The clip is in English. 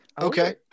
Okay